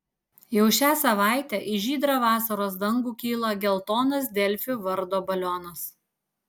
jau šią savaitę į žydrą vasaros dangų kyla geltonas delfi vardo balionas